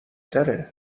تره